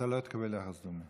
אתה לא תקבל יחס דומה.